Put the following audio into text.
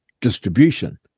distribution